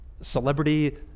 celebrity